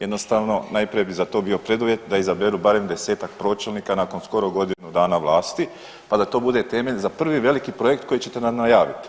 Jednostavno najprije bi za to bio preduvjet da izaberu barem 10-tak pročelnika nakon skoro godinu dana vlasti, pa da to bude temelj za prvi velik projekt koji ćete nam najaviti.